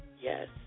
Yes